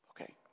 Okay